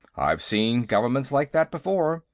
i've seen governments like that before.